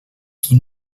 qui